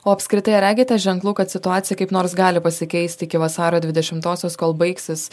o apskritai ar regite ženklų kad situacija kaip nors gali pasikeisti iki vasario dvidešimosios kol baigsis